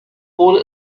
wurde